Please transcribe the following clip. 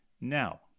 Now